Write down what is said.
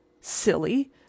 Silly